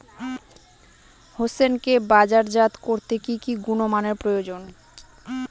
হোসেনকে বাজারজাত করতে কি কি গুণমানের প্রয়োজন?